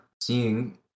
seeing